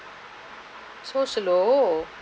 so slow